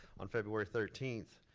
on february thirteenth,